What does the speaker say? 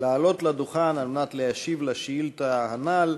לעלות לדוכן על מנת להשיב על השאילתה הנ"ל.